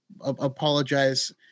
apologize